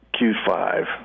Q5